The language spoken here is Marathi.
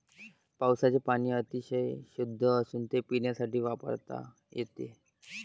पावसाचे पाणी अतिशय शुद्ध असून ते पिण्यासाठी वापरता येते